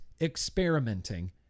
experimenting